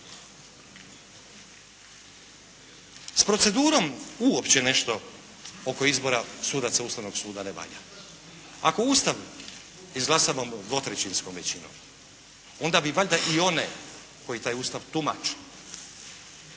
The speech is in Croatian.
S procedurom uopće nešto oko izbora sudaca Ustavnog suda ne valja. Ako Ustav izglasavamo dvotrećinskom većinom, onda bi valjda i one koji taj Ustav tumače,